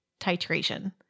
titration